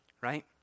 right